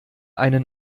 einen